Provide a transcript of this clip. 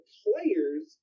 players